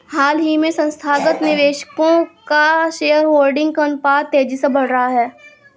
हाल ही में संस्थागत निवेशकों का शेयरहोल्डिंग का अनुपात तेज़ी से बढ़ रहा है